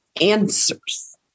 answers